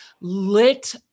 lit